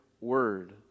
word